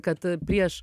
kad prieš